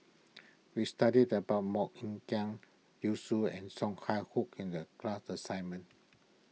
we studied about Mok Ying Jang Yu and Song in the class assignment